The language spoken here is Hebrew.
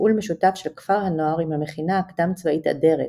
בתפעול משותף של כפר הנוער עם המכינה קדם צבאית אדרת,